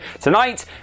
tonight